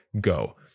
go